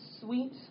sweet